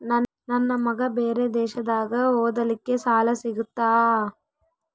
ನನ್ನ ಮಗ ಬೇರೆ ದೇಶದಾಗ ಓದಲಿಕ್ಕೆ ಸಾಲ ಸಿಗುತ್ತಾ?